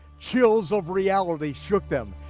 chills of reality shook them,